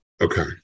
Okay